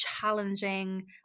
challenging